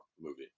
movie